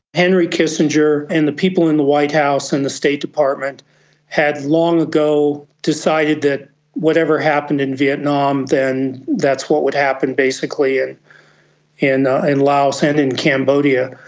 henry kissinger and the people in the white house and the state department had long ago decided that whatever happened in vietnam then that's what would happen basically and in ah in laos and in cambodia.